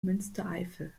münstereifel